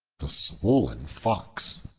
the swollen fox